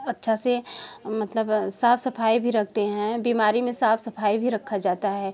अच्छा से मतलब साफ सफाई भी रखते हैं बीमारी में साफ सफाई भी रखा जाता है